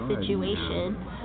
situation